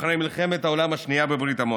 אחרי מלחמת העולם השנייה בברית המועצות,